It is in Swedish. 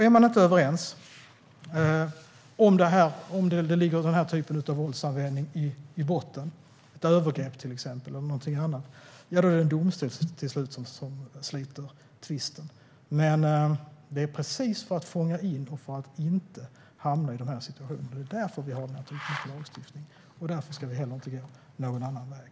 Är man inte överens, om våldsanvändning ligger i botten, till exempel övergrepp eller annat, är det till slut en domstol som sluter tvisten. Men det är för att inte hamna i de här situationerna som vi har den här typen av lagstiftning, och därför ska vi heller inte gå någon annan väg.